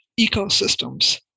ecosystems